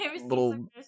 Little